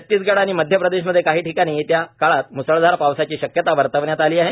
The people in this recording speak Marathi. छत्तीसगढ आणि मध्य प्रदेशमध्ये काही ठिकाणी येत्या काळात म्सळधार पावसाची शक्यता वर्तवण्यात आली आहे